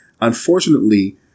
Unfortunately